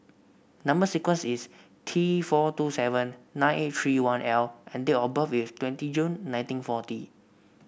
number sequence is T four two seven nine eight three one L and date of birth is twenty June nineteen forty